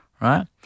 right